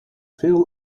feel